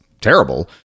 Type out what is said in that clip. terrible